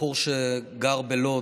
בחור שגר בלוד,